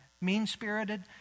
mean-spirited